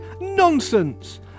Nonsense